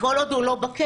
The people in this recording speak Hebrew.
כל עוד הוא לא בכלא.